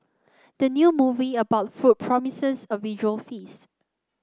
the new movie about food promises a visual feast